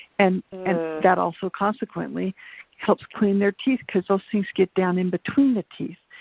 and and that also consequently helps clean their teeth cause those things get down in between the teeth.